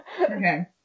Okay